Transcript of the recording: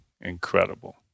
incredible